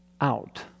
out